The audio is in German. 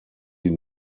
die